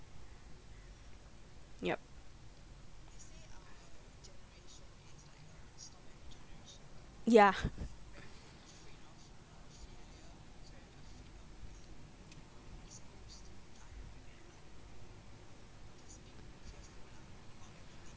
yup ya